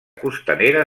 costanera